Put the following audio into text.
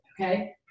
okay